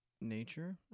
nature